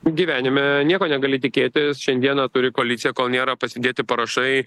gyvenime nieko negali tikėtis šiandieną turi koaliciją kol nėra pasidėti parašai